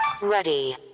Ready